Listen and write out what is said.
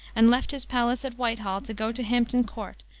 and left his palace at whitehall to go to hampton court,